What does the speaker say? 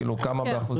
כאילו, כמה באחוזים?